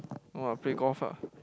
no lah play golf ah